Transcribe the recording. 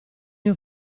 mio